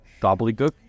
gobbledygook